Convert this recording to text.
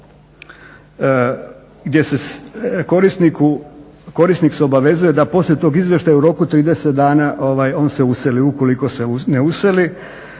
gdje se korisnik obavezuje da poslije tog izvještaja u roku 30 dana on se useli. Ukoliko se ne useli,